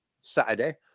Saturday